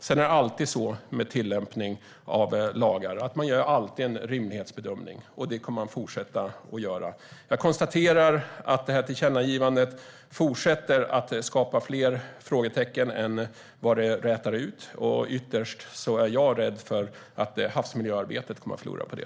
Vid tillämpning av lagar gör man alltid en rimlighetsbedömning, och det kommer man att fortsätta att göra. Jag konstaterar att tillkännagivandet fortsätter att skapa fler frågetecken än det rätar ut. Ytterst är jag rädd för att havsmiljöarbetet kommer att förlora på det.